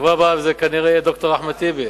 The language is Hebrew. בשבוע הבא זה כנראה יהיה ד"ר אחמד טיבי.